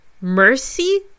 Mercy